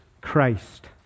Christ